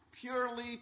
Purely